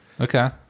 okay